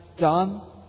done